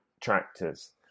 tractors